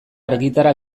argitara